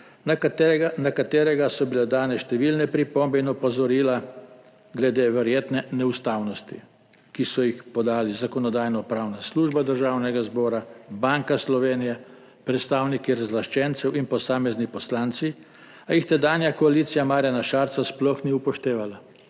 na katerega so bile dane številne pripombe in opozorila glede verjetne neustavnosti, ki so jih podali Zakonodajno-pravna služba Državnega zbora, Banka Slovenije, predstavniki razlaščencev in posamezni poslanci, a jih tedanja koalicija Marjana Šarca sploh ni upoštevala.